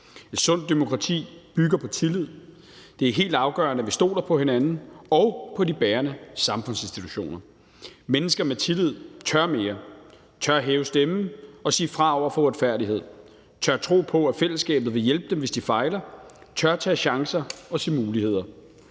Et sundt demokrati bygger på tillid. Det er helt afgørende, at vi stoler på hinanden og på de bærende samfundsinstitutioner. Mennesker med tillid tør mere, tør hæve stemmen og sige fra over for uretfærdighed, tør tro på, at fællesskabet vil hjælpe dem, hvis de fejler, og tør tage chancer og se muligheder.